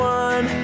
one